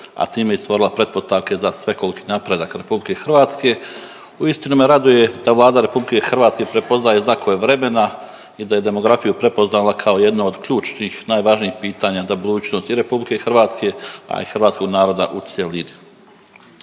a time i stvorila pretpostavke za svekoliki napredak RH. Uistinu me raduje da Vlada RH prepoznaje znakove vremena i da je demografiju prepoznala kao jedno od ključnih najvažnijih pitanja za budućnost i RH, a i hrvatskog naroda u cjelini.